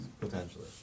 potentially